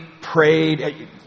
prayed